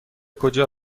کجا